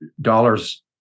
dollars